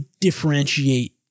differentiate